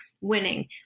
winning